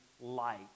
light